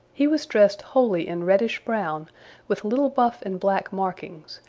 he was dressed wholly in reddish-brown with little buff and black markings,